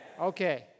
Okay